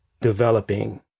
developing